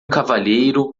cavalheiro